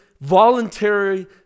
voluntary